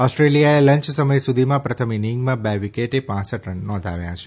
ઓસ્ટ્રેલિયાએ lunch સમય સુધીમાં પ્રથમ ઈનિંગમાં બે વિકેટ પાંસઠ રન નોધાવ્યા છે